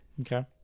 Okay